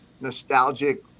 nostalgic